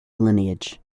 lineage